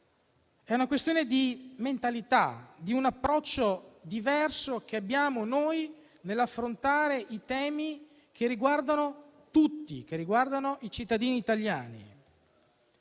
È una questione di mentalità, di approccio diverso che abbiamo noi nell'affrontare i temi che riguardano i cittadini italiani.